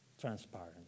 transparent